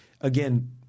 again –